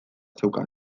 zeukan